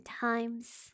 times